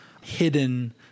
hidden